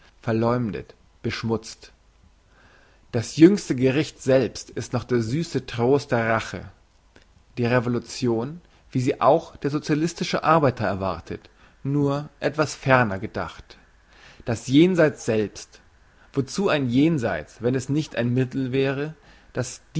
verleumdet beschmutzt das jüngste gericht selbst ist noch der süsse trost der rache die revolution wie sie auch der socialistische arbeiter erwartet nur etwas ferner gedacht das jenseits selbst wozu ein jenseits wenn es nicht ein mittel wäre das